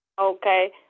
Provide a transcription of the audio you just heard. Okay